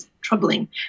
troubling